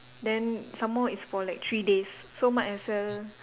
then some more is for like three days so might as well